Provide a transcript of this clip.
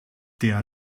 der